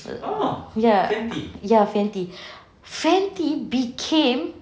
err ya ya fenty fenty became